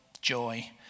joy